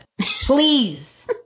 please